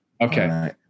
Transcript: Okay